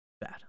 Bad